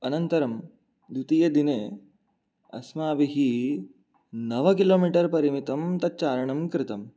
अनन्तरं द्वितीयदिने अस्माभिः नव किलोमीटर् परिमितं तत् चारणं कृतं